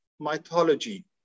mythology